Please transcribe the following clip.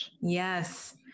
Yes